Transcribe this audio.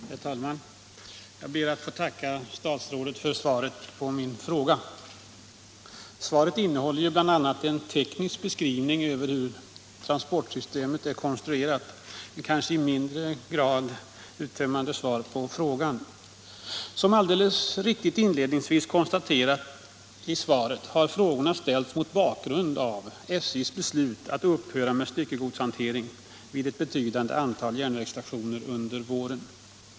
Herr talman! Jag ber att få tacka statsrådet för svaret på min interpellation. Svaret innehåller bl.a. en teknisk beskrivning av hur transportsystemet är konstruerat; det är kanske i mindre grad ett uttömmande svar på frågan. Som alldeles riktigt inledningsvis konstateras i svaret, har frågorna ställts mot bakgrund av SJ:s beslut att upphöra med styckegodshantering vid ett betydande antal järnvägsstationer under våren.